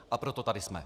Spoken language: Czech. A proto tady jsme.